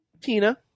Tina